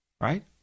Right